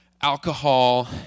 alcohol